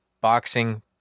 boxing